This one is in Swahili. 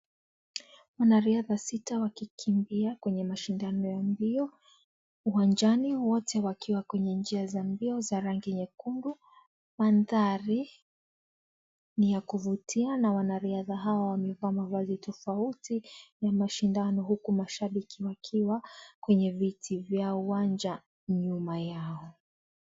Wanariadha sita wakikimbia kwenye mashindano ya mbio, uwanjani wote wakiwa kwenye njia za mbio za rangi nyekundu. Mandhari ni ya kuvutia na wanariadha hawa wamevaa mavazi tofauti, ya mashindano huku mashabiki wakiwa kwenye viti vya uwanja nyuma yao.